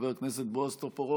חבר הכנסת בועז טופורובסקי.